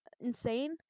insane